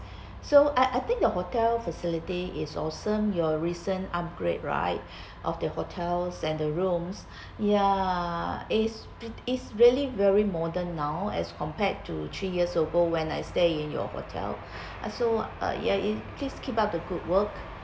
so I I think your hotel facility is awesome your recent upgrade right of the hotels and the rooms ya is is really very modern now as compared to three years ago when I stay in your hotel uh so please keep up the good work